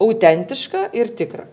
autentiška ir tikra